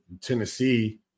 Tennessee –